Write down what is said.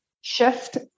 shift